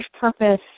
purpose